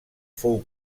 fou